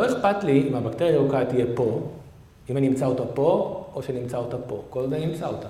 לא אכפת לי אם הבקטריה הירוקה תהיה פה, אם אני אמצא אותה פה או שנמצא אותה פה, כל עוד אני אמצא אותה.